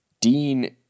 Dean